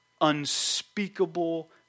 unspeakable